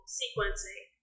sequencing